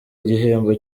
igihembo